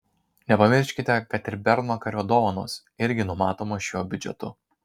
nepamirškite kad ir bernvakario dovanos irgi numatomos šiuo biudžetu